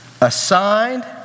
assigned